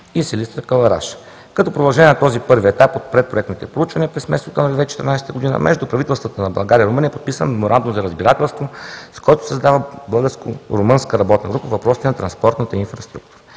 и Силистра – Кълъраш. Като продължение на този първи етап от предпроектните проучвания, през месец октомври 2014 г. между правителствата на България и Румъния е подписан Меморандум за разбирателство, с който се създава Българско-румънска работна група по въпросите на транспортната инфраструктура.